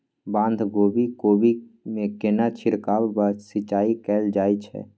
बंधागोभी कोबी मे केना छिरकाव व सिंचाई कैल जाय छै?